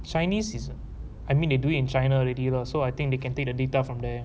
chinese isn't I mean they do in china already lah so I think they can take the data from there